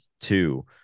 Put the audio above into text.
two